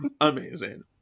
Amazing